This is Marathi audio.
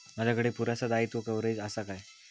माजाकडे पुरासा दाईत्वा कव्हारेज असा काय?